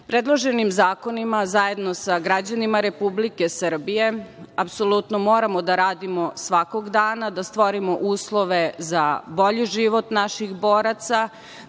proceduru. Predloženim zakonima zajedno sa građanima Republike Srbije apsolutno moramo da radimo svakog dana da stvorimo uslove za bolji život naših boraca,